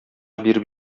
биреп